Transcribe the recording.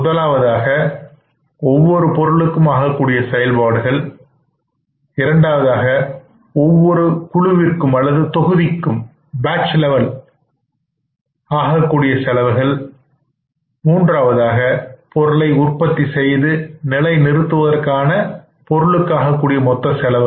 முதலாவதாக ஒவ்வொரு பொருளுக்கும் ஆகக்கூடிய செயல்பாடுகள் இரண்டாவதாக ஒவ்வொரு குழுவிற்காகதொகுதிகளாக ஆகக்கூடிய செலவுகள் மூன்றாவதாக பொருளை உற்பத்தி செய்து நிலை நிறுத்துவதற்கான பொருளுக்காக கூடிய மொத்த செலவுகள்